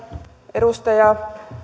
edustaja